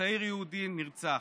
וצעיר יהודי נהרג.